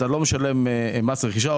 אתה לא משלם מס רכישה,